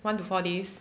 one to four days